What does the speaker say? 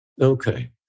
Okay